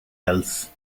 else